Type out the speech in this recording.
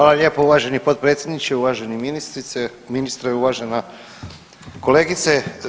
Hvala lijepo uvaženi potpredsjedniče, uvaženi ministre, uvažena kolegice.